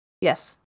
Yes